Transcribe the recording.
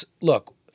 look